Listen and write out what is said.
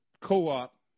co-op